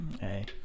Hey